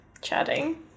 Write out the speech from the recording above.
chatting